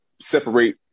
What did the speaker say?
separate